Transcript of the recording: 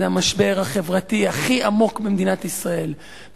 זה המשבר החברתי הכי עמוק במדינת ישראל,